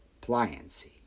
pliancy